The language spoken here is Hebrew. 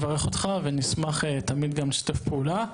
אותך, ונשמח תמיד גם לשתף פעולה.